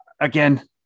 again